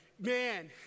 man